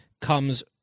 comes